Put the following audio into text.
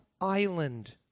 island